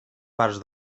parts